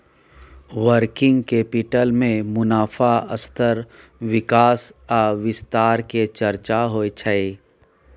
working capital में मुनाफ़ा स्तर विकास आ विस्तार के चर्चा होइ छइ